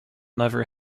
never